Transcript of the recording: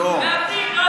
מאבדים.